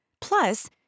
plus